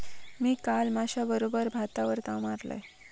मी काल माश्याबरोबर भातावर ताव मारलंय